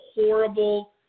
horrible